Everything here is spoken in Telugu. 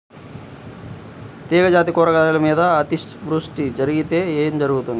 తీగజాతి కూరగాయల మీద అతివృష్టి జరిగితే ఏమి జరుగుతుంది?